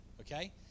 okay